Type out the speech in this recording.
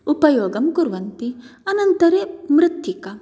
उपयोगं कुर्वन्ति अनन्तरं मृत्तिका